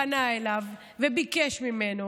פנה אליו וביקש ממנו,